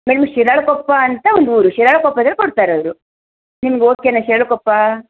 madam Shiralakoppa ಅಂತ ಒಂದೂರು ಶಿರಾಳ ಕೊಪ್ಪದಲ್ಲಿ ಕೊಡ್ತಾರವರು ನಿಮಗೆ ಓಕೆನಾ ಶಿರಾಳ ಕೊಪ್ಪ